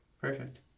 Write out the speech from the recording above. Perfect